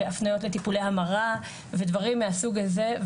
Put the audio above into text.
והפניות לטיפולי המרה, ודברים מהסוג הזה.